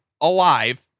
alive